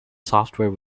software